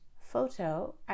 Photo